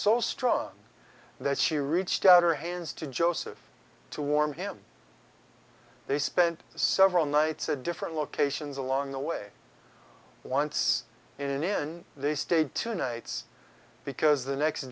so strong that she reached out her hands to joseph to warm him they spent several nights a different locations along the way once in they stayed two nights because the next